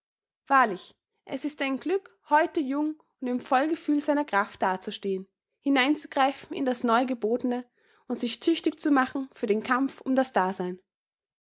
wahrlich es ist ein glück heute jung und im vollgefühl seiner kraft dazustehen hineinzugreifen in das neu gebotne und sich tüchtig zu machen für den kampf um das dasein